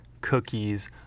cookies